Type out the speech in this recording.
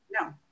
No